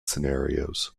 scenarios